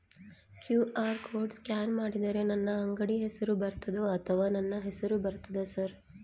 QR code scan ಮಾಡಿದರೆ ನನ್ನ ಅಂಗಡಿ ಹೆಸರು ಬರ್ತದೋ ಅಥವಾ ನನ್ನ ಹೆಸರು ಬರ್ತದ ಸರ್?